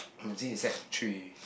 um since he sec three